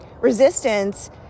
resistance